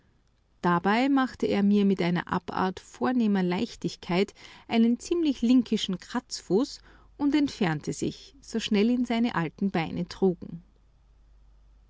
dabei machte er mir mit einer abart vornehmer leichtigkeit einen ziemlich linkischen kratzfuß und entfernte sich so schnell ihn seine alten beine trugen